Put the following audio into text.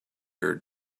are